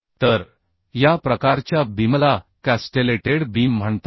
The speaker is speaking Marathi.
तर या प्रकारच्या बीमला कॅस्टेलेटेड बीम म्हणतात